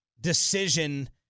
decision